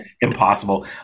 impossible